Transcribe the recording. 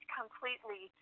completely